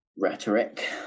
Rhetoric